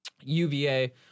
UVA